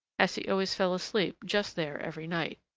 as he always fell asleep just there every night.